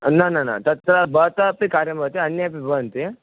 न न न तत्र भवतापि कार्यं भवति अन्ये अपि भवन्ति